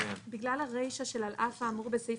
בגלל הרישה של "על אף האמור בסעיף